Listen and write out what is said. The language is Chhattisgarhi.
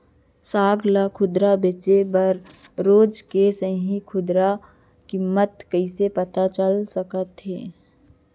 साग ला खुदरा बेचे बर रोज के सही खुदरा किम्मत कइसे पता चल सकत हे?